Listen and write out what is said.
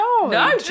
No